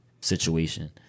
situation